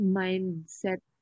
mindset